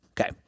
okay